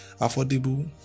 affordable